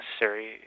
necessary